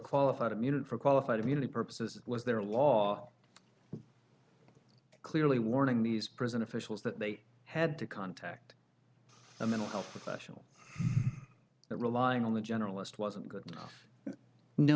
qualified immunity for qualified immunity purposes was there a law clearly warning these prison officials that they had to contact a mental health professional that relying on the generalist wasn't good enough no